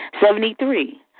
Seventy-three